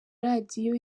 radio